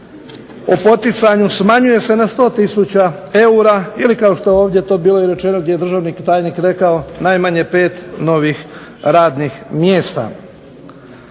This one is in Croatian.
o poticanju, smanjuje se na 100 tisuća eura ili kako je ovdje bilo rečeno gdje je državni tajnik rekao najmanje 5 novih radnih mjesta.